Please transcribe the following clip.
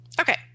Okay